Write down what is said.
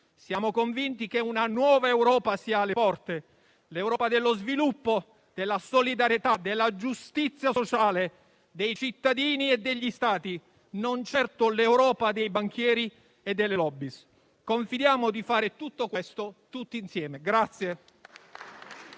Siamo convinti che una nuova Europa sia alle porte, l'Europa dello sviluppo, della solidarietà, della giustizia sociale, dei cittadini e degli Stati, non certo l'Europa dei banchieri e delle *lobby*. Confidiamo di fare questo tutti insieme.